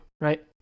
right